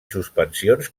suspensions